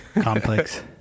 Complex